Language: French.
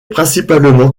principalement